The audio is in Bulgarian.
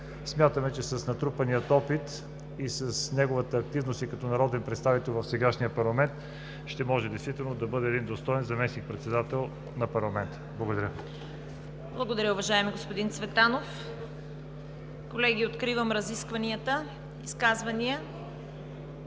Смятаме, че с натрупания опит и с неговата активност като народен представител в сегашния парламент ще може действително да бъде един достоен заместник-председател на парламента. Благодаря Ви. ПРЕДСЕДАТЕЛ ЦВЕТА КАРАЯНЧЕВА: Благодаря Ви, уважаеми господин Цветанов. Колеги, откривам разискванията. Изказвания?